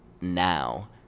now